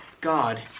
God